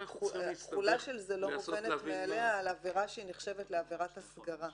התחולה של זה לא מובנת מאליה על עבירה שנחשבת לעבירת הסגרה.